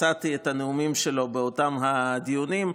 מצאתי את הנאומים שלו באותם הדיונים,